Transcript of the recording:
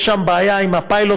יש שם בעיה עם הפיילוט,